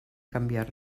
canviar